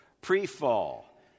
Pre-fall